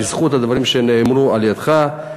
בזכות הדברים שנאמרו על-ידך,